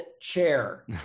chair